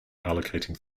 allocating